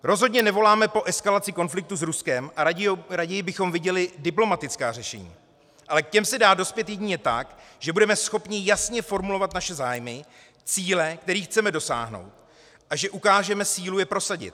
Rozhodně nevoláme po eskalaci konfliktu s Ruskem a raději bychom viděli diplomatická řešení, ale k těm se dá dospět jedině tak, že budeme schopni jasně formulovat naše zájmy, cíle, kterých chceme dosáhnout, a že ukážeme sílu je prosadit.